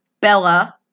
Bella